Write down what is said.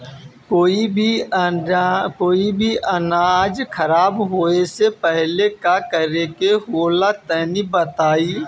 कोई भी अनाज खराब होए से पहले का करेके होला तनी बताई?